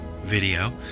video